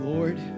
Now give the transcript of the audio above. Lord